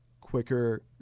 quicker